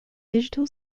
digital